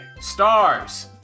Stars